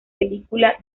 película